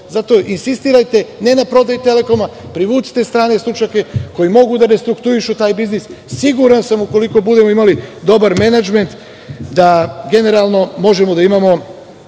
zato insistirajte ne na prodaji Telekoma, privucite strane stručnjake koji mogu da restruktuišu taj biznis, siguran sam koliko budemo imali dobar menadžment da generalno možemo da imamo